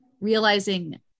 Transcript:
realizing